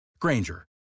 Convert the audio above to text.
Granger